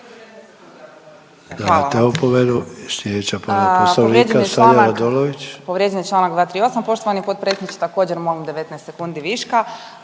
Hvala